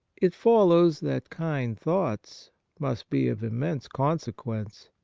it follows that kind thoughts must be of immense consequence.